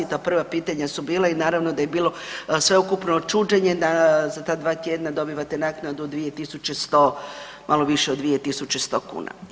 Ta prva pitanja su bila i naravno da je bilo sveukupno čuđenje za ta dva tjedna dobivate naknadu 2.100, malo više od 2.100 kuna.